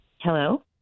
Hello